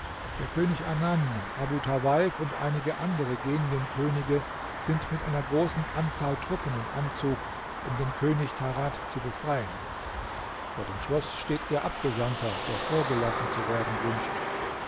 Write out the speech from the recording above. der könig anan abu tawaif und einige andere genienkönige sind mit einer großen anzahl truppen im anzug um den könig tarad zu befreien vor dem schloß steht ihr abgesandter der vorgelassen zu werden wünscht